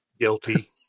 Guilty